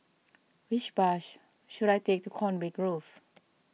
which bus should I take to Conway Grove